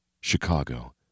Chicago